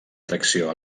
tracció